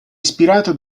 ispirato